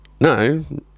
No